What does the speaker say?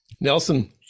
Nelson